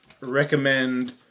recommend